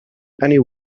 annie